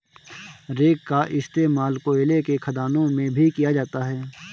rake का इश्तेमाल कोयले के खदानों में भी किया जाता है